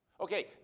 Okay